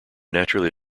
naturally